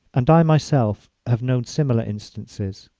and i myself have known similar instances.